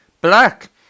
Black